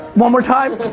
one more time.